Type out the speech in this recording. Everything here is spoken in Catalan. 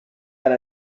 tant